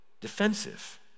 defensive